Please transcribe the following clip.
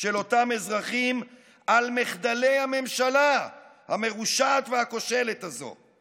של אותם אזרחים על מחדלי הממשלה המרושעת והכושלת הזו.